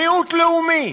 מיעוט לאומי,